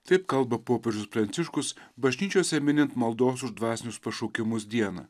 taip kalba popiežius pranciškus bažnyčiose minint maldos už dvasinius pašaukimus dieną